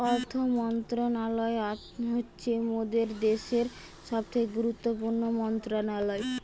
অর্থ মন্ত্রণালয় হচ্ছে মোদের দ্যাশের সবথেকে গুরুত্বপূর্ণ মন্ত্রণালয়